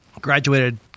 graduated